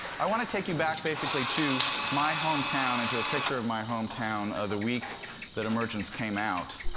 i want to take you back basically to my hometown, and to a picture of my hometown of the week that emergence came out.